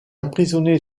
emprisonné